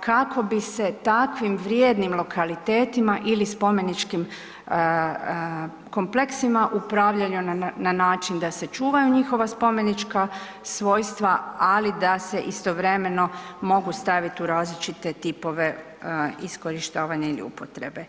kako bi se takvim vrijednim lokalitetima ili spomeničkim kompleksima upravljalo na način da se čuvaju njihova spomenička svojstva, ali da se istovremeno mogu staviti u različite tipove iskorištavanja ili upotrebe.